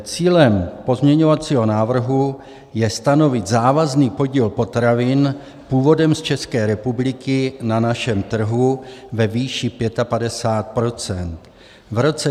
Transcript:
Cílem pozměňovacího návrhu je stanovit závazný podíl potravin původem z České republiky na našem trhu ve výši 55 procent v roce 2021.